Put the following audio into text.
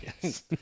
yes